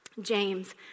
James